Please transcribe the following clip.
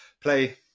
play